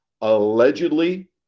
allegedly